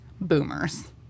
boomers